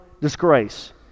disgrace